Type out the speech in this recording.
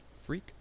freak